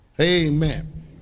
Amen